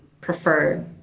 prefer